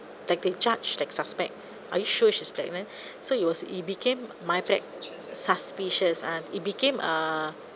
like they judge like suspect are you sure she's pregnant so it was it became my preg~ suspicious uh it became a